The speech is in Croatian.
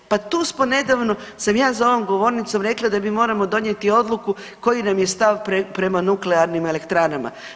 Pa tu smo nedavno, sam ja za ovom govornicom rekla da mi moramo donijeti odluku koji nam je stav prema nuklearnim elektranama.